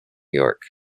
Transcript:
york